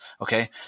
Okay